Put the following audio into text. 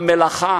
גם מלאכה,